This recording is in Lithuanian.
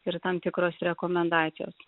ir tam tikros rekomendacijos